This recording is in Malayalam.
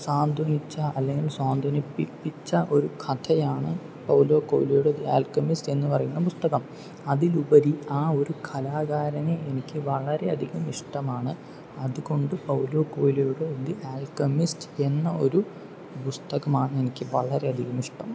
സാന്ത്വനിച്ച അല്ലെങ്കിൽ അല്ലെങ്കിൽ സാന്ത്വനിപ്പിച്ച ഒരു കഥയാണ് പൗലോ കൊയ്ലോയുടെ ദി ആൽക്കെമിസ്റ്റ് എന്ന് പറയുന്ന പുസ്തകം അതിലുപരി ആ ഒരു കലാകാരനെ എനിക്ക് വളരെ അധികം ഇഷ്ടമാണ് അതുകൊണ്ട് പൗലോ കൊയ്ലോയുടെ ദി ആൽക്കെമിസ്റ്റ് എന്ന ഒരു പുസ്തകമാണ് എനിക്ക് വളരെ അധികം ഇഷ്ടം